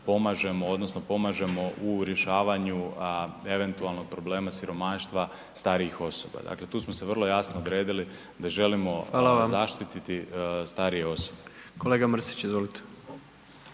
odnosno pomažemo u rješavanju eventualnog problema siromaštva starijih osoba. Dakle, tu smo se vrlo jasno odredili da želimo zaštititi …/Upadica: Hvala vam./… starije